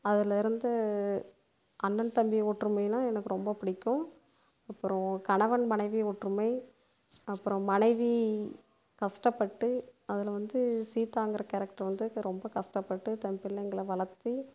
அதிலேருந்து அண்ணன் தம்பி ஒற்றுமைன்னா எனக்கு ரொம்ப பிடிக்கும் அப்புறம் கணவன் மனைவி ஒற்றுமை அப்புறம் மனைவி கஷ்டப்பட்டு அதில் வந்து சீதாங்கிற கேரக்டர் வந்து ரொம்ப கஷ்டப்பட்டு தன் பிள்ளைங்களை வளர்த்து